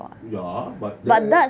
ya but then